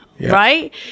right